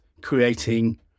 creating